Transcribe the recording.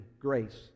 Grace